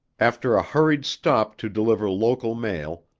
after a hurried stop to deliver local mail,